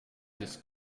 this